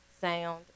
sound